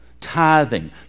Tithing